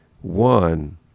one